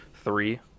three